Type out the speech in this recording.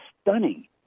stunning